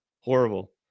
horrible